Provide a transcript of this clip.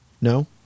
No